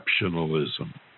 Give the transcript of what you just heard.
exceptionalism